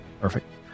Perfect